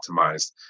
optimized